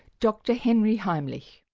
dr henry heimlich.